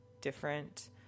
different